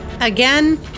Again